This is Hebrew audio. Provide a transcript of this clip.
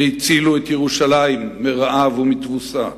שהצילו את ירושלים מרעב ומתבוסה.